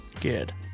good